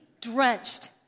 drenched